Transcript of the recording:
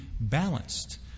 balanced